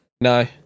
No